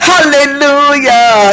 Hallelujah